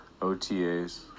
OTAs